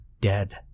dead